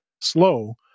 slow